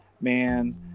man